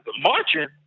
marching